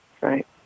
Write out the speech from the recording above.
Right